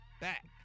back